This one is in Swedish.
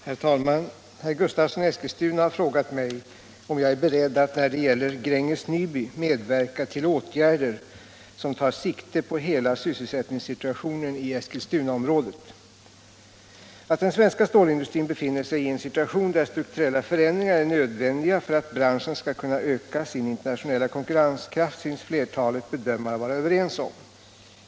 120, och anförde, Herr talman! Herr Gustavsson i Eskilstuna har frågat mig om jag är beredd att när det gäller Gränges Nyby medverka till åtgärder som tar sikte på hela sysselsättningssituationen i Eskilstunaområdet. Att den svenska stålindustrin befinner sig i en situation där strukturella förändringar är nödvändiga för att branschen skall kunna öka sin internationella konkurrenskraft synes flertalet bedömare vara överens om.